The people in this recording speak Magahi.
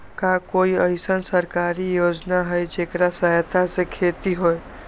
का कोई अईसन सरकारी योजना है जेकरा सहायता से खेती होय?